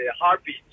heartbeat